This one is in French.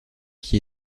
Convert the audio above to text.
qui